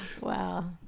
Wow